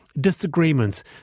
disagreements